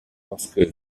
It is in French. lorsque